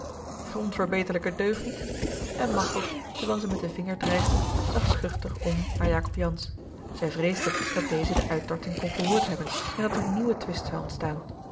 onverbeterlijke deugniet en machteld terwijl zij met den vinger dreigde zag schuchter om naar jacob jansz zij vreesde dat deze de uittarting kon gehoord hebben en dat er nieuwe twist zou ontstaan